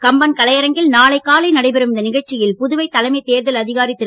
கம்பன் கலையரங்கில் நாளை காலை நடைபெறும் இந்த நிகழ்ச்சியில் புதுவை தலைமை தேர்தல் அதிகாரி திரு